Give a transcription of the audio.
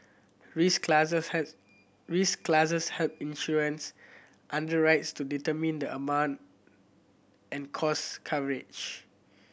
risk classes has risk classes help insurance underwriters to determine the amount and cost coverage